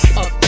up